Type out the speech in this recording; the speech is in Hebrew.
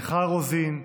מיכל רוזין,